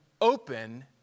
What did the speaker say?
open